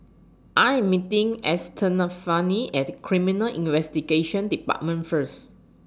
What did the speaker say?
I Am meeting Estefani At Criminal Investigation department First